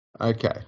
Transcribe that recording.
Okay